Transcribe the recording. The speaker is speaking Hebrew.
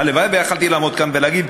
הלוואי שיכולתי לעמוד כאן ולהגיד: